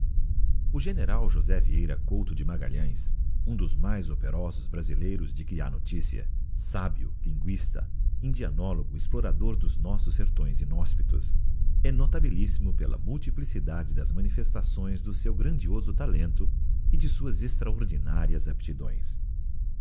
o general josé vieira couto de magalhftes um dos mais operosos brasileiros de que ha noticia sábio linguista indianologo explorador los nossos sertões inhospitos é notabilissimo pela multiplicidade das manifestações do seu grandioso talento e de suas extraordinárias aptis